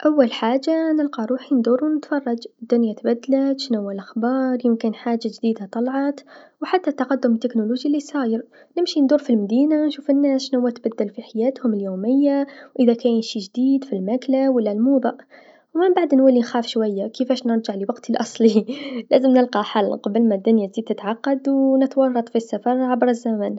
أول حاجه نلقى روحي ندور و نتفرج الدنيا تبدلت شنوا لخبار، يمكن حاجه جديدا طلعت و حتى تقدم التكنولوجي لصاير، نمشي ندور في المدينه نشوف الناس شنوا تبدل في حياتهم اليوميه و إذا كاين شي جديد في الماكله و لا الموضه، منبعد نولي نخاف شويا كيفاش نرجع لوقتي الأصلي لازم نلقى حل قبل ما دنيا تزيد تتعقد و نتورط في السفر عبر الزمن.